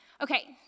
Okay